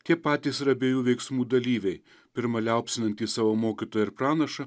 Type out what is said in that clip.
tie patys ir abiejų veiksmų dalyviai pirma liaupsinantys savo mokytoją ir pranašą